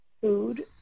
Food